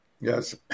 yes